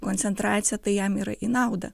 koncentraciją tai jam yra į naudą